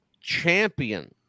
champion